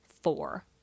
four